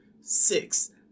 six